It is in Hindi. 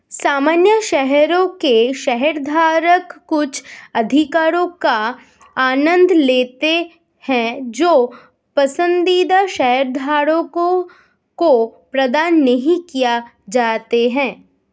सामान्य शेयरों के शेयरधारक कुछ अधिकारों का आनंद लेते हैं जो पसंदीदा शेयरधारकों को प्रदान नहीं किए जाते हैं